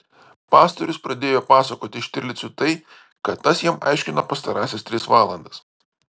pastorius pradėjo pasakoti štirlicui tai ką tas jam aiškino pastarąsias tris valandas